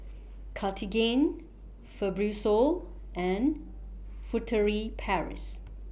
Cartigain Fibrosol and Furtere Paris